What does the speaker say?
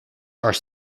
are